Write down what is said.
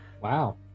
Wow